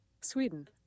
Sweden